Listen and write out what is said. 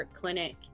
clinic